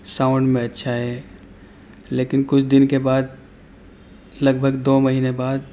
sound میں اچھا ہے لیکن کچھ دن کے بعد لگ بھگ دو مہینے بعد